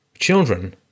Children